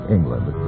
England